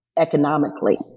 economically